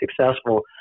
successful